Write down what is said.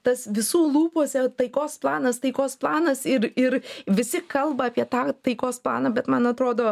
tas visų lūpose taikos planas taikos planas ir ir visi kalba apie tą taikos planą bet man atrodo